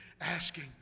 asking